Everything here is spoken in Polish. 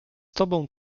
tobą